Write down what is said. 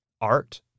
Art